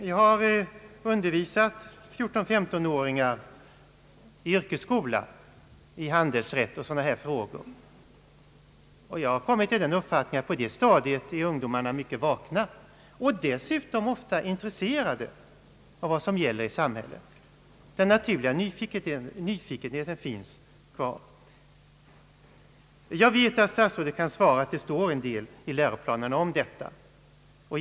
Jag har undervisat 14—15 åringar i yrkesskola i handelsrätt, och jag har kommit till den uppfattningen att ungdomarna på det stadiet är mycket vakna och dessutom ofta intresserade av vad som gäller i samhället. Den naturliga nyfikenheten finns kvar. Jag vet att statsrådet kan svara att det står en del om dessa saker i läroplanen.